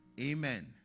Amen